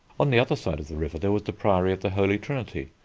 on the other side of the river there was the priory of the holy trinity,